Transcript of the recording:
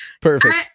Perfect